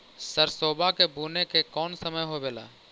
सरसोबा के बुने के कौन समय होबे ला?